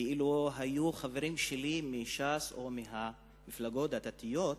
ואילו היו חברים שלי מש"ס או מהמפלגות הדתיות,